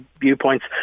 viewpoints